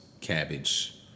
cabbage